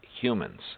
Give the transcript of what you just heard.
humans